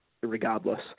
regardless